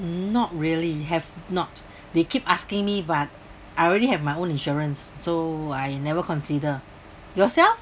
not really have not they keep asking me but I already have my own insurance so I never consider yourself